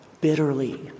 bitterly